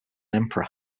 emperor